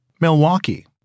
Milwaukee